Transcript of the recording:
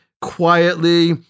quietly